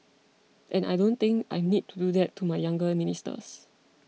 and I don't think I need to do that to my younger ministers